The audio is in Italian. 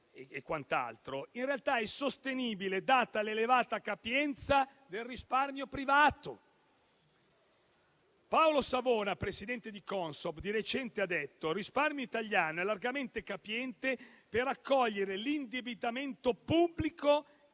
sui mercati, in realtà è sostenibile data l'elevata capienza del risparmio privato. Paolo Savona, Presidente di Consob, di recente ha detto che il risparmio italiano è largamente capiente per accogliere l'indebitamento pubblico